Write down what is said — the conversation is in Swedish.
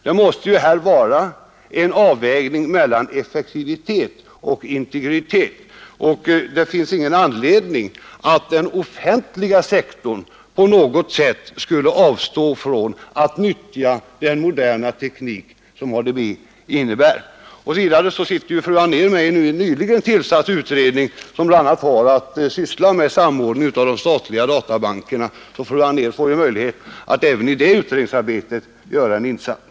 Det måste här vara en avvägning mellan etlektiviigt och integritet. och det finns ingen anledning till att den oticnthga sektorn på narot sätt skulle avstå från att nyttja den moderna teknik som ADB innebär. Vidare sitter fru Anér med i en nyligen tillsatt utredning, som bl.a. har att syssla med samordning av de statliga databankerna — så fru Anér får möjlighet att även i det utredningsarbetet göra en insats.